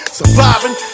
surviving